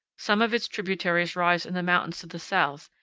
some of its tributaries rise in the mountains to the south,